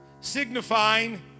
signifying